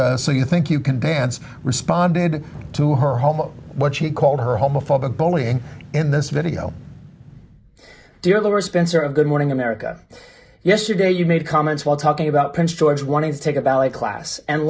so you think you can dance responded to her home what she called her homophobic bullying in this video dealer spencer and good morning america yesterday you made comments while talking about prince george wanting to take a ballet class and